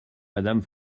madame